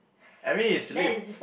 I mean is lame